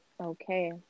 Okay